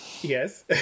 Yes